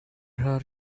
her